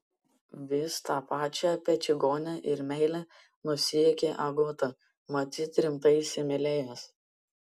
vis tą pačią apie čigonę ir meilę nusijuokė agota matyt rimtai įsimylėjęs